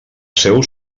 seu